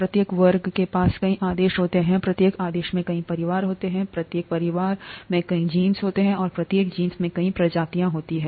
प्रत्येक वर्ग के पास कई आदेश होते हैं प्रत्येक आदेश में कई परिवार होते हैं प्रत्येक परिवार में कई जीनस होते हैं और प्रत्येक जीनस में कई प्रजातियां होती हैं